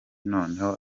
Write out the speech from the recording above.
noneho